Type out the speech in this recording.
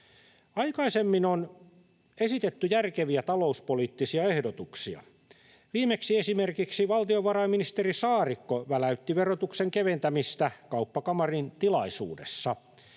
Aikaisemmin on esitetty järkeviä talouspoliittisia ehdotuksia. Viimeksi esimerkiksi valtiovarainministeri Saarikko väläytti verotuksen keventämistä Kauppakamarin tilaisuudessa.